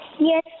Yes